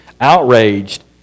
outraged